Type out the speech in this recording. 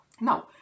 Now